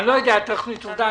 אני לא יודע על תכנית "עובדה".